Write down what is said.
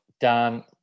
Dan